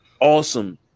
Awesome